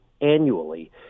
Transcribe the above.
Annually